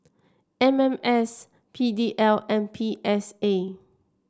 M M S P D L and P S A